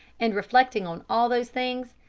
and reflecting on all these things,